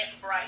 bright